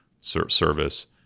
service